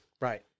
Right